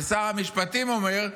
ושר המשפטים אומר,